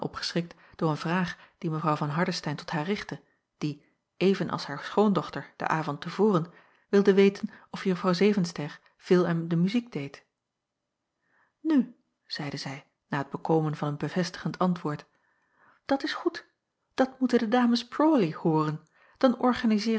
opgeschrikt door een vraag die mw van hardestein tot haar richtte die even als haar schoondochter den avond te voren wilde weten of juffrouw zevenster veel aan de muziek deed nu zeide zij na het bekomen van een bevestigend antwoord dat is goed dat moeten de dames prawley hooren dan organizeeren